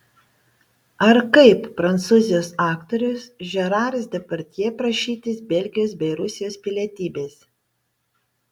ar kaip prancūzijos aktorius žeraras depardjė prašytis belgijos bei rusijos pilietybės